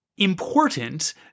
important